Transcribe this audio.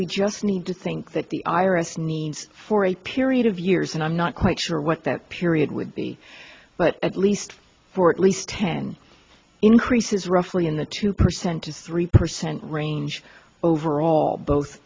we just need to think that the iris needs for a period of years and i'm not quite sure what that period would be but at least fort least ten increases roughly in the two percent to three percent range overall both